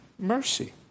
mercy